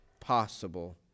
possible